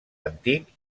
antic